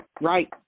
Right